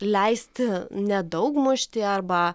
leisti nedaug mušti arba